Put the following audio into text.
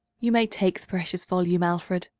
you may take the precious volume, alfred,